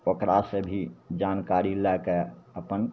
ओकरा से भी जानकारी लएके अपन